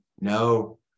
no